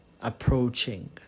approaching